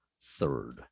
third